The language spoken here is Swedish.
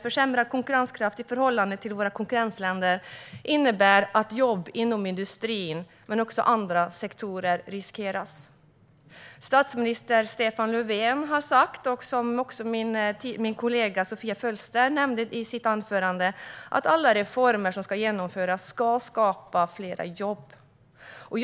Försämrad konkurrenskraft i förhållande till våra konkurrentländer innebär att jobb riskeras inom både industrin och andra sektorer. Statsminister Stefan Löfven har sagt att alla reformer som ska genomföras ska skapa fler jobb, vilket också min kollega Sofia Fölster nämnde i ett anförande.